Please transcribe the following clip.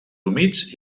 humits